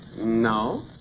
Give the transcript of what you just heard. No